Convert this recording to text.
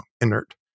inert